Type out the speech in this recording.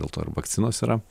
dėl to ir vakcinos yra